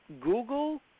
Google